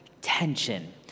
tension